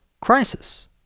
crisis